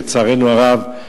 לצערנו הרב,